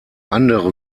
andere